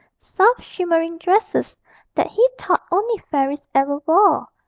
soft shimmering dresses that he thought only fairies ever wore.